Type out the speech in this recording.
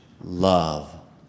love